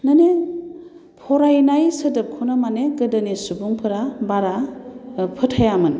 माने फरायनाय सोदोबखौनो माने गोदोनि सुबुंफोरा बारा फोथायामोन